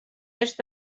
est